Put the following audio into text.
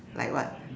like what